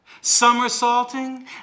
somersaulting